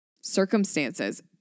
circumstances